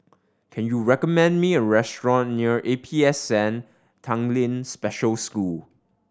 can you recommend me a restaurant near A P S N Tanglin Special School